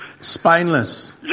spineless